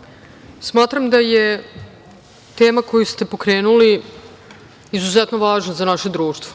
vam. Smatram da je tema koju ste pokrenuli izuzetno važna za naše društvo,